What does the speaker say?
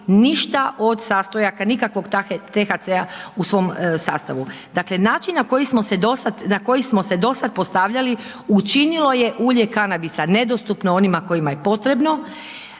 ništa od sastojaka, nikakvog THC-a u svom sastavu. Dakle, način na koji smo se do sad postavljali, učinilo je ulje kanabisa nedostupno onima kojima je potrebno